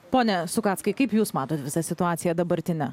pone sukackai kaip jūs matot visą situaciją dabartinę